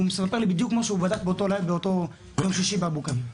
הוא סיפר לי שזה בדיוק מה שהוא בדק באותו יום שישי באבו כביר.